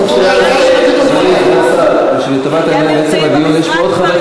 אתה פונה אלי או לגדעון סער?